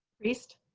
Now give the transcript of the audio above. priest,